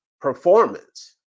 performance